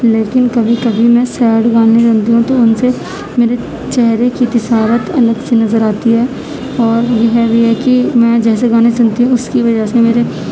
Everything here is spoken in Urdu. لیکن کبھی کبھی میں سیڈ گانے سنتی ہوں تو ان سے میرے چہرے کی الگ سے نظر آتی ہے اور یہ بھی ہے کہ میں جیسے گانے سنتی ہوں اس کی وجہ سے میرے